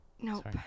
Nope